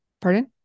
pardon